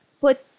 Put